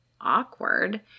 awkward